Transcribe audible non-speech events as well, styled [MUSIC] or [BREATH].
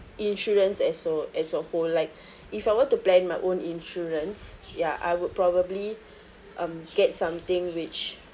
insurance as so as a whole like [BREATH] if I were to plan my own insurance ya I would probably um get something which